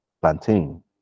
plantain